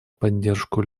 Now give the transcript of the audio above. поддержку